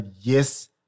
yes